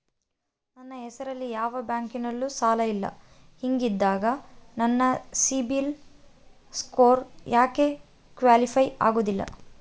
ನನ್ನ ಹೆಸರಲ್ಲಿ ಯಾವ ಬ್ಯಾಂಕಿನಲ್ಲೂ ಸಾಲ ಇಲ್ಲ ಹಿಂಗಿದ್ದಾಗ ನನ್ನ ಸಿಬಿಲ್ ಸ್ಕೋರ್ ಯಾಕೆ ಕ್ವಾಲಿಫೈ ಆಗುತ್ತಿಲ್ಲ?